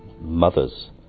mothers